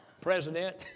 president